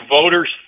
voters